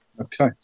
Okay